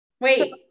Wait